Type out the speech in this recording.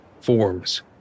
forms